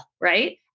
Right